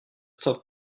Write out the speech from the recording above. stop